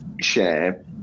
share